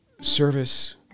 service